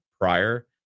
prior